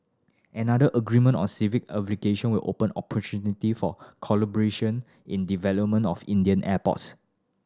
another agreement on civil aviation will open opportunity for collaboration in development of Indian airports